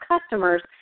customers